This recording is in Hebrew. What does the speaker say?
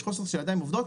יש חוסר בידיים עובדות,